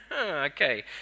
okay